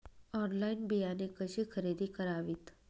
Online बियाणे कशी खरेदी करावीत?